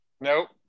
Nope